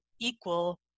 equal